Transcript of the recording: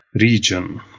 region